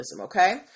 Okay